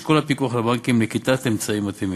ישקול הפיקוח על הבנקים נקיטת צעדים מתאימים.